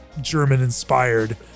German-inspired